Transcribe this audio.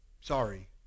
Sorry